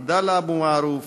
עבדאללה אבו מערוף,